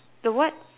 the what